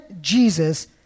Jesus